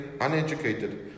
uneducated